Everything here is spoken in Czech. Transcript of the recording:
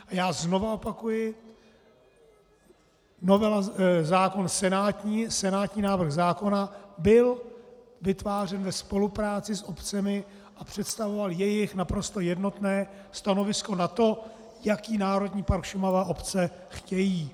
A já znova opakuji: zákon senátní, senátní návrh zákona byl vytvářen ve spolupráci s obcemi a představoval jejich naprosto jednotné stanovisko na to, jaký Národní park Šumava obce chtějí.